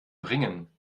bringen